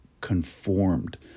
conformed